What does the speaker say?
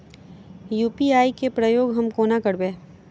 UPI केँ प्रयोग हम कोना करबे?